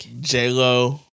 J-Lo